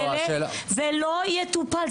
זה לא יטופל.